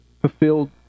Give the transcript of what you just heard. fulfilled